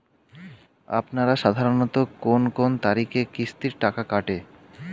আপনারা সাধারণত কোন কোন তারিখে কিস্তির টাকা কাটে?